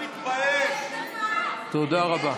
יש פה יועץ משפטי, תשאלו אותו.